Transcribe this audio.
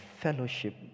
fellowship